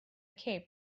cape